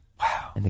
Wow